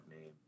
name